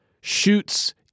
shoots